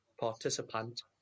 participant